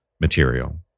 material